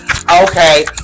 Okay